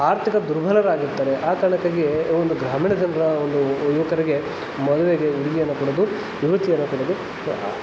ಆರ್ಥಿಕ ದುರ್ಬಲರಾಗಿರ್ತಾರೆ ಆ ಕಾರಣಕ್ಕಾಗಿ ಈ ಒಂದು ಗ್ರಾಮೀಣ ಜನರ ಒಂದು ಯುವಕರಿಗೆ ಮದುವೆಗೆ ಹುಡುಗಿಯನ್ನು ಕೊಡೋದು ಯುವತಿಯನ್ನು ಕೊಡೋದು